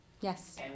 Yes